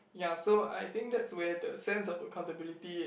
ya so I think that's where the sense of accountability